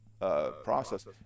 process